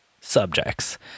subjects